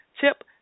Tip